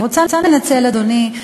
אני רוצה לנצל, אדוני,